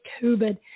COVID